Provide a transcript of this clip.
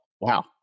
Wow